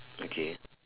okay